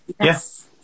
Yes